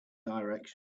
direction